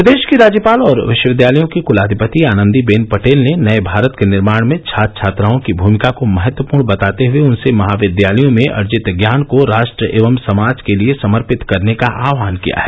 प्रदेश की राज्यपाल और विश्वविद्यालयों की कुलाधिपति आनंदी बेन पटेल ने नए भारत के निर्माण में छात्र छात्राओं की भूमिका को महत्वपूर्ण बताते हुए उनसे महाविद्यालयों में अर्जित ज्ञान को राष्ट एवं समाज के लिए समर्पित करने का आहवान किया है